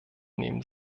nehmen